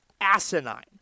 asinine